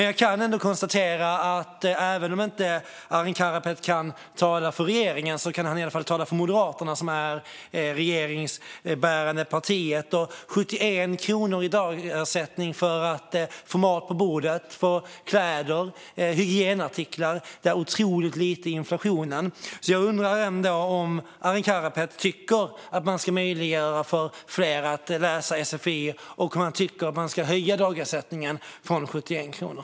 Jag kan konstatera att även om Arin Karapet inte kan tala för regeringen kan han i varje fall tala för Moderaterna, som är det regeringsbärande partiet. En dagersättning på 71 kronor för att få mat på bordet, kläder och hygienartiklar är otroligt lite i inflationen. Jag undrar ändå om Arin Karapet tycker att man ska möjliggöra för fler att läsa sfi och att man ska höja dagersättningen från 71 kronor.